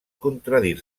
contradir